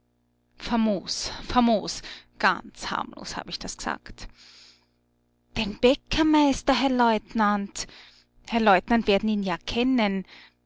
famos ganz harmlos hab ich das gesagt den bäckermeister herr leutnant herr leutnant werd'n ihn ja kennen